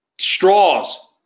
straws